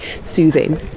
soothing